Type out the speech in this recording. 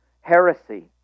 heresy